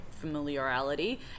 familiarity